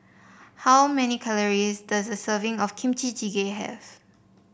how many calories does a serving of Kimchi Jjigae have